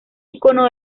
icono